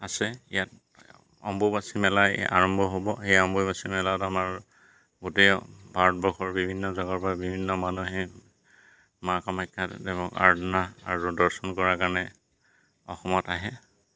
আছে ইয়াত অম্বুবচী মেলাই আৰম্ভ হ'ব সেই অম্বুবাচী মেলাত আমাৰ গোটেই ভাৰতবৰ্ষৰ বিভিন্ন জেগৰপৰা বিভিন্ন মানুহ আহি মা কামাখ্যা দেৱীক আৰাধনা আৰু দৰ্শন কৰাৰ কাৰণে অসমত আহে